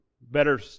better